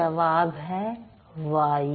जवाब है वायु